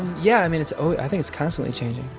yeah. i mean, it's i think it's constantly changing,